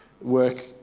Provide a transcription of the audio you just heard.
work